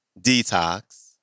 Detox